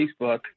Facebook